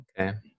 Okay